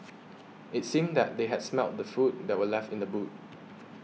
it seemed that they had smelt the food that were left in the boot